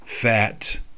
fat